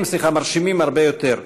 מרשימים הרבה יותר: